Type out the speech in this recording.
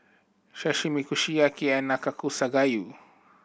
Sashimi Kushiyaki and Nanakusa Gayu